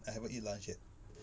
I haven't eat lunch yet